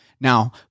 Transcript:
now